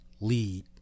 lead